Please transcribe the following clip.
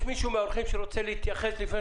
יש מישהו מהאוחים שרוצה להתייחס לפני